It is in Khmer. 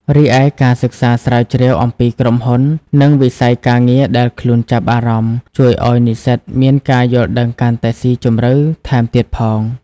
រីឯការសិក្សាស្រាវជ្រាវអំពីក្រុមហ៊ុន និងវិស័យការងារដែលខ្លួនចាប់អារម្មណ៍ ជួយឲ្យនិស្សិតមានការយល់ដឹងកាន់តែស៊ីជម្រៅថែមទៀតផង។